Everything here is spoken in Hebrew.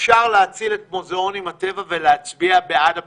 אפשר להציל את מוזיאוני הטבע ולהצביע בעד הפתיחה.